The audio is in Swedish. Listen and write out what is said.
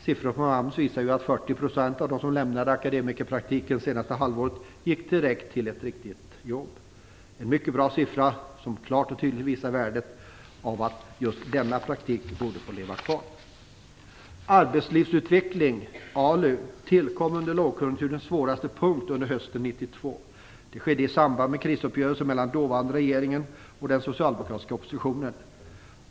Siffror från AMS visar att 40 % av dem som lämnade akademikerpraktiken under det senaste halvåret gick direkt till ett riktigt jobb. Det är en mycket bra siffra, som klart och tydligt visar att just denna praktik borde få vara kvar. Arbetslivsutveckling, ALU, tillkom under lågkonjunkturens svåraste punkt under hösten 1992. Det skedde i samband med krisuppgörelsen mellan dåvarande regeringen och den socialdemokratiska oppositionen.